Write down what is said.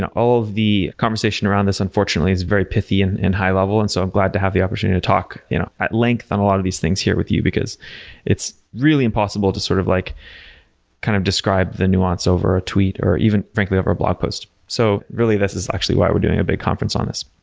all of the conversation around this unfortunately is very pythian and high-level, and so i'm glad to have the opportunity to talk you know at length on a lot of these things here with you, because it's really impossible to sort of like kind of describe the nuance over a tweet or even, frankly, over a blog post. so, really this is actually why we're doing a big conference on this.